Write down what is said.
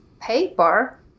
paper